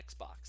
Xbox